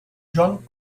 john